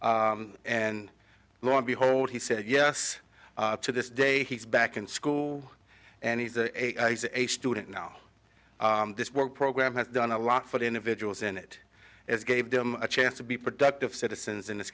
jump and lo and behold he said yes to this day he's back in school and he's a student now this work program has done a lot for individuals and it is gave them a chance to be productive citizens in this